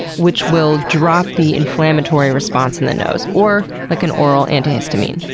which will drop the inflammatory response in the nose. or like an oral antihistamine.